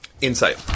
insight